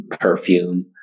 perfume